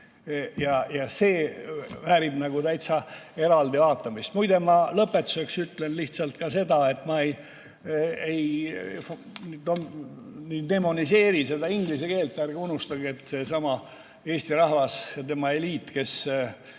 See väärib täitsa eraldi vaatamist. Muide, ma lõpetuseks ütlen lihtsalt seda, et ma ei demoniseeri inglise keelt. Ärge unustage, et seesama eesti rahvas, tema eliit, keda